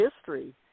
history